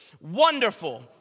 Wonderful